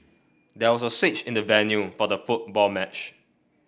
there was a switch in the venue for the football match